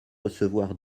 recevoir